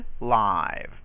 live